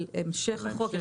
על המשך החוק.